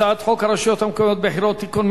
הצעת חוק הרשויות המקומיות (בחירות) (תיקון,